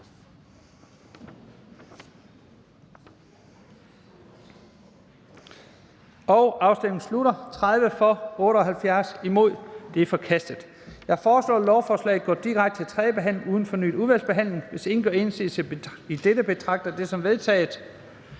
stemte 0. Ændringsforslaget er forkastet. Jeg foreslår, at lovforslaget går direkte til tredje behandling uden fornyet udvalgsbehandling. Hvis ingen gør indsigelse, betragter jeg det som vedtaget.